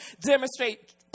Demonstrate